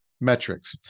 metrics